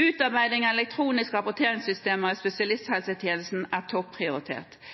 Utarbeiding av elektroniske rapporteringssystemer i spesialisthelsetjenesten er